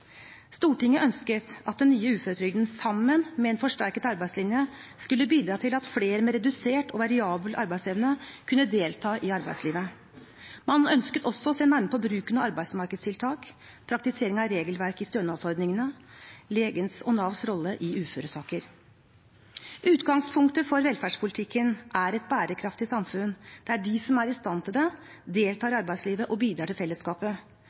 Stortinget ønsket at den nye uføretrygden, sammen med en forsterket arbeidslinje, skulle bidra til at flere med redusert og variabel arbeidsevne kunne delta i arbeidslivet. Man ønsket også å se nærmere på bruken av arbeidsmarkedstiltak, praktiseringen av regelverket i stønadsordningene og legens og Navs rolle i uføresaker. Utgangspunktet for velferdspolitikken er et bærekraftig samfunn der de som er i stand til det, deltar i arbeidslivet og bidrar til fellesskapet,